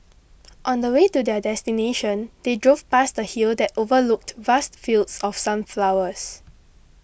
on the way to their destination they drove past a hill that overlooked vast fields of sunflowers